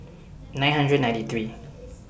nine hundred ninety three